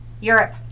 Europe